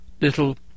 little